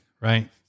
Right